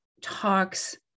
talks